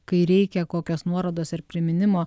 kai reikia kokios nuorodos ar priminimo